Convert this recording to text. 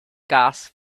gas